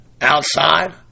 outside